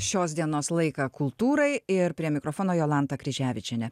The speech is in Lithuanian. šios dienos laiką kultūrai ir prie mikrofono jolanta kryževičienė